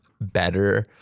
better